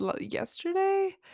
yesterday